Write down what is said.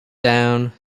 down